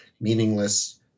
meaningless